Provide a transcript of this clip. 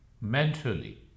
Mentally